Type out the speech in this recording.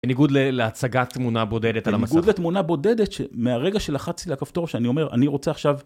בניגוד להצגת תמונה בודדת על המסך. בניגוד לתמונה בודדת, מהרגע שלחצתי על הכפתור שאני אומר, אני רוצה עכשיו...